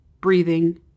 Breathing